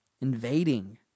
invading